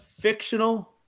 fictional